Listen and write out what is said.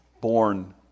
born